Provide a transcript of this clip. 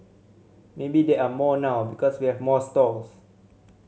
maybe there are more now because we have more stalls